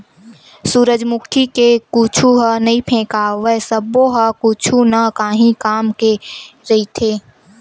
सूरजमुखी के कुछु ह नइ फेकावय सब्बो ह कुछु न काही काम के रहिथे